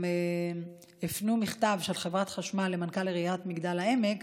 הם גם הפנו מכתב של חברת החשמל למנכ"ל עיריית מגדל העמק